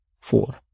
Four